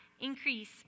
increase